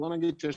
בואו נגיד שיש